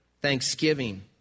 Thanksgiving